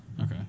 Okay